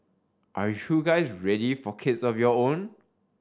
are you guys ready for kids of your own